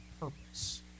purpose